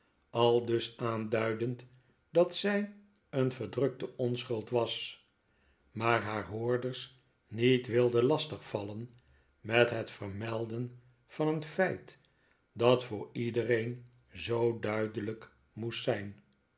aldus aanduidend dat zij een verdrukte onschuld was maar haar hoorders niet wilde lastig vallen met het vermelden van een feit dat voor iedereen zoo duidelijk moest zijn